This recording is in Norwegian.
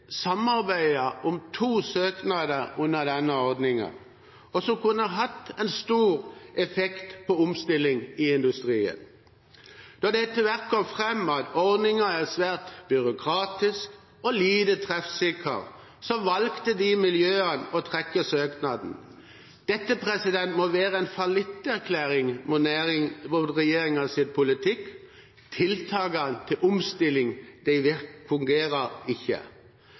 samarbeidet om to søknader under denne ordningen som kunne hatt en stor effekt på omstilling i industrien. Da det etter hvert kom fram at ordningen er svært byråkratisk og lite treffsikker, valgte disse miljøene å trekke søknaden. Dette må være en fallitterklæring for regjeringens politikk. Tiltakene til omstilling fungerer ikke.